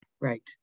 Right